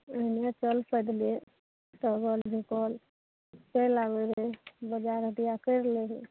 ओहने चल पैदले तबल झुकल चलि आबय हइ बजार हटिया करि लै हइ